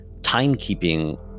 timekeeping